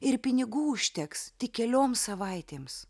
ir pinigų užteks tik kelioms savaitėms